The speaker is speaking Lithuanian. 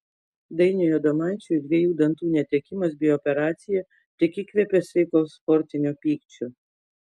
dainiui adomaičiui dviejų dantų netekimas bei operacija tik įkvėpė sveiko sportinio pykčio